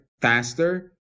faster